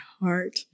heart